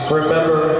remember